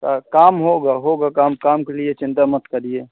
और काम होगा होगा काम काम के लिए चिंता मत करिए